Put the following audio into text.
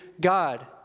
God